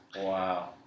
Wow